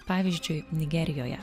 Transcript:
pavyzdžiui nigerijoje